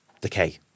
decay